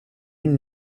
une